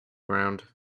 ground